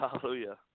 hallelujah